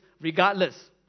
regardless